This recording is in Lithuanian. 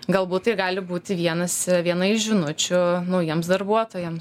galbūt tai gali būti vienas viena iš žinučių naujiems darbuotojams